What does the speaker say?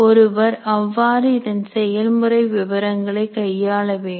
ஒருவர் அவ்வாறு இதன் செயல்முறை விபரங்களை கையாள வேண்டும்